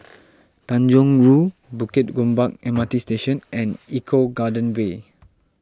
Tanjong Rhu Bukit Gombak M R T Station and Eco Garden Way